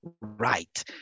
right